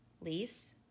lease